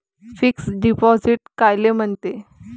Fix deposit कायले म्हनते?